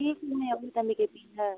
fees நீங்கள் எவ்வளோ தம்பி கேட்பீங்க